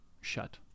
shut